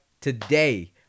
today